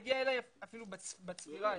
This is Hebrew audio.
היא הגיעה אפילו בצפירה,